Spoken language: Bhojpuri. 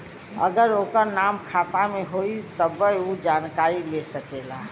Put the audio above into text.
अगर ओकर नाम खाता मे होई तब्बे ऊ जानकारी ले सकेला